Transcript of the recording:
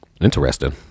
interesting